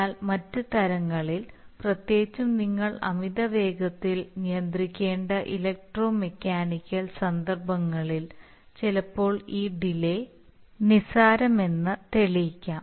എന്നാൽ മറ്റ് തരങ്ങളിൽ പ്രത്യേകിച്ചും നിങ്ങൾ അമിത വേഗതയിൽ നിയന്ത്രിക്കേണ്ട ഇലക്ട്രോമെക്കാനിക്കൽ സന്ദർഭങ്ങളിൽ ചിലപ്പോൾ ഈ ഡിലേ നിസ്സാരമെന്ന് തെളിയിക്കാം